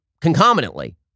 concomitantly